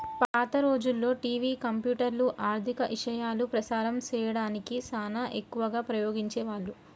పాత రోజుల్లో టివి, కంప్యూటర్లు, ఆర్ధిక ఇశయాలు ప్రసారం సేయడానికి సానా ఎక్కువగా ఉపయోగించే వాళ్ళు